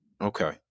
Okay